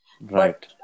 Right